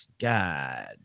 God